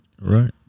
right